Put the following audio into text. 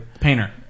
Painter